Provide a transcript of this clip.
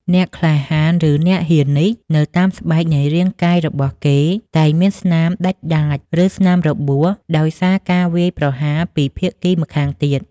អ្នកក្លាហាន ឬអ្នកហ៊ាននេះ នៅតាមស្បែកនៃរាងកាយរបស់គេតែងមានស្នាមដាច់ដាច ឬស្នាមរបួសដោយសារការវាយប្រហារពីភាគីម្ខាងទៀត ។